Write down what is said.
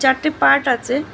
চারটে পার্ট আছে